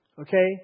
okay